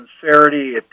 sincerity